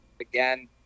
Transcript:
again